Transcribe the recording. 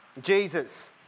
Jesus